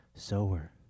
sower